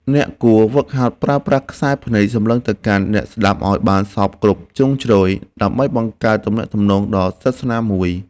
អ្នកគួរហ្វឹកហាត់ប្រើប្រាស់ខ្សែភ្នែកសម្លឹងទៅកាន់អ្នកស្ដាប់ឱ្យបានសព្វគ្រប់ជ្រុងជ្រោយ ដើម្បីបង្កើតទំនាក់ទំនងដ៏ស្និទ្ធស្នាលមួយ។